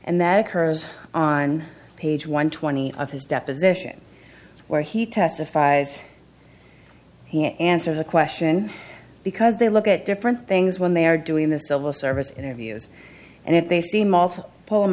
and that occurs on page one twenty of his deposition where he testifies he answers a question because they look at different things when they are doing the civil service interviews and if they